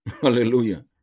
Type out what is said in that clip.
Hallelujah